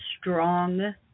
strong